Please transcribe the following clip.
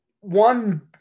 one